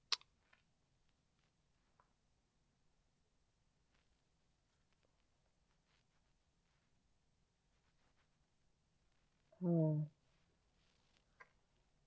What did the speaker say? ya